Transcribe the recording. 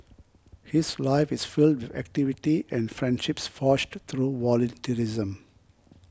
his life is filled with activity and friendships forged through volunteerism